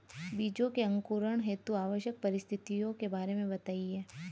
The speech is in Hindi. बीजों के अंकुरण हेतु आवश्यक परिस्थितियों के बारे में बताइए